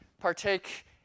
partake